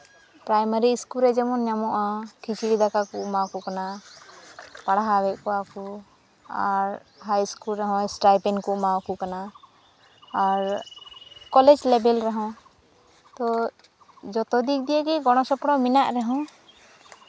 primary school ᱨᱮ ᱡᱮᱢᱚᱱ ᱧᱟᱢᱚᱜᱼᱟ ᱠᱷᱤᱪᱲᱤ ᱫᱟᱠᱟ ᱠᱚ ᱮᱢᱟ ᱠᱚ ᱠᱟᱱᱟ ᱯᱟᱲᱦᱟᱣᱮᱫ ᱠᱚᱣᱟ ᱠᱚ ᱟᱨ ᱦᱟᱭ ᱤᱥᱠᱩᱞ ᱨᱮᱦᱚᱸ ᱮᱥᱴᱟᱭᱯᱮᱱ ᱠᱚ ᱮᱢᱟᱣᱟᱠᱚ ᱠᱟᱱᱟ ᱟᱨ ᱠᱚᱞᱮᱡᱽ ᱞᱮᱵᱮᱞ ᱨᱮᱦᱚᱸ ᱛᱚ ᱡᱚᱛᱚ ᱫᱤᱜᱽ ᱫᱤᱭᱮ ᱜᱮ ᱜᱚᱲᱚ ᱥᱚᱯᱚᱲᱚ ᱢᱮᱱᱟᱜ ᱨᱮᱦᱚᱸ